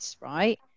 right